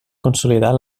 consolidar